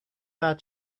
that